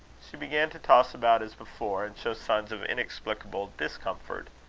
she began to toss about as before, and show signs of inexplicable discomfort.